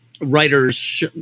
writers